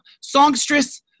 songstress